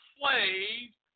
slaves